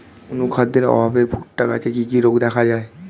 অনুখাদ্যের অভাবে ভুট্টা গাছে কি কি রোগ দেখা যায়?